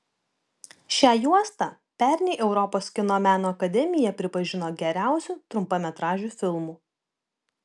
šią juostą pernai europos kino meno akademija pripažino geriausiu trumpametražiu filmu